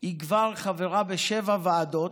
היא כבר חברה בשבע ועדות.